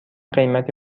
قیمت